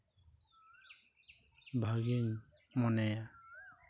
ᱵᱷᱟᱜᱮᱧ ᱢᱚᱱᱮᱭᱟ